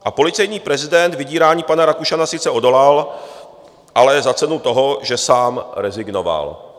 A policejní prezident vydírání pana Rakušana sice odolal, ale za cenu toho, že sám rezignoval.